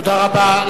תודה רבה.